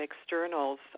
externals